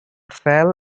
fell